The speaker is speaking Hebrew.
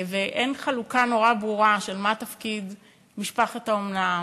ואין חלוקה נורא ברורה של מה תפקיד משפחת האומנה,